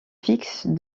fixe